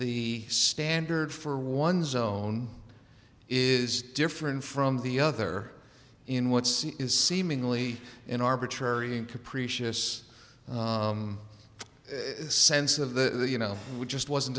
the standard for one zone is different from the other in what is seemingly an arbitrary and capricious sense of the you know we just wasn't